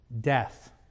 death